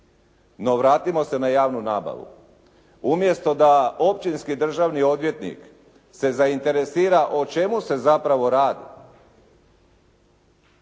No, vratimo se na javnu nabavu. Umjesto da općinski državni odvjetnik se zainteresira o čemu se zapravo radi,